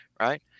Right